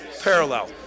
parallel